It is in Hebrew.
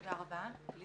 תודה רבה.